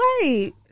Wait